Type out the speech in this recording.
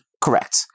Correct